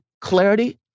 clarity